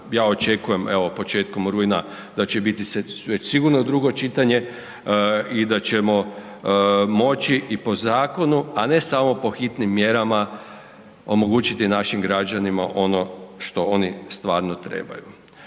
ja očekujem evo početkom rujna da će biti već sigurno drugo čitanje i da ćemo moći i po zakonu, a ne samo po hitnim mjerama omogućiti našim građanima ono što oni stvarno trebaju.